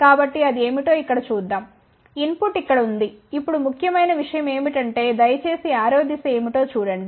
కాబట్టి అది ఏమిటో ఇక్కడ చూద్దాం ఇన్ పుట్ ఇక్కడ ఉంది ఇప్పుడు ముఖ్యమైన విషయం ఏమిటంటే దయచేసి యారో దిశ ఏమిటో చూడండి